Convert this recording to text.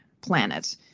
planet